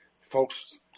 folks